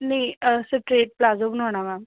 ਨਹੀ straight palazzo ਬਣਵਾਨਾ ਵਾ